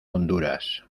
honduras